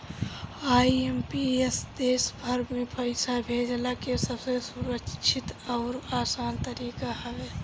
IMPS देस भर में पईसा भेजला के सबसे सुरक्षित अउरी आसान तरीका हवे